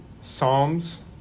Psalms